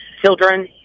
children